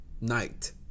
Night